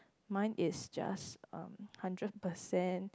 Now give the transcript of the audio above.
mine is just um hundred percent